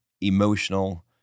emotional